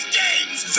games